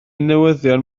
newyddion